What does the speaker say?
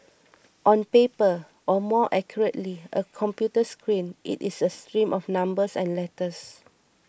on paper or more accurately a computer screen it is a stream of numbers and letters